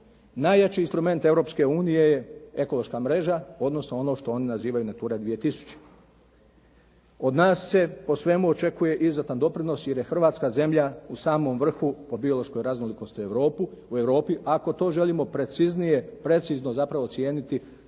Najjači instrument Europske unije je ekološka mreža, odnosno ono što oni nazivaju NATURA 2000. Od nas se po svemu očekuje izuzetan doprinos jer je Hrvatska zemlja u samom vrhu po biološkoj raznolikosti u Europi. Ako to želimo preciznije, precizno zapravo ocijeniti